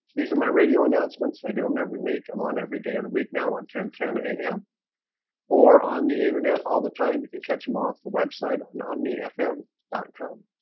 these are my radio announcements i do them um every week. i'm on every day of the week now on ten ten a m or on the internet all the time. you can catch him off the website on omni fm calm